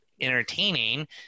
Entertaining